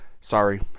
sorry